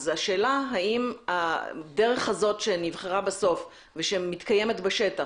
אז השאלה היא אם הדרך הזאת שנבחרה בסוף ושמתקיימת בשטח,